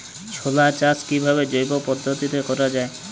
ছোলা চাষ কিভাবে জৈব পদ্ধতিতে করা যায়?